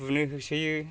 बुनो होसोयो